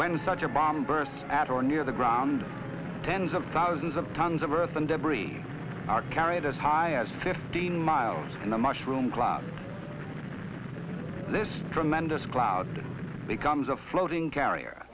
when such a bomb burst at or near the ground tens of thousands of tons of earth and debris are carried as high as fifteen miles and the mushroom cloud this tremendous cloud becomes a floating carrier